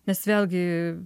nes vėlgi